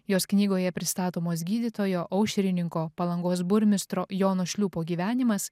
jos knygoje pristatomos gydytojo aušrininko palangos burmistro jono šliūpo gyvenimas